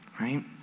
Right